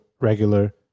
regular